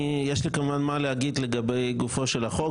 יש לי מה להגיד לגופו של החוק,